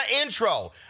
intro